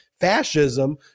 fascism